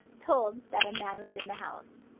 told that a man was in the house.